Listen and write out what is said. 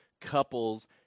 couples